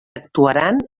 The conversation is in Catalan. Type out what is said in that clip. actuaran